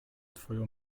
twoją